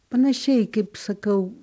panašiai kaip sakau